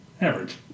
Average